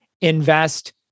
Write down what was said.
Invest